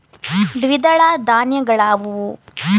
ದ್ವಿದಳ ಧಾನ್ಯಗಳಾವುವು?